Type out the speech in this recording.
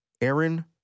Aaron